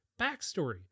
backstory